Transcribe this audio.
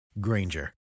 Granger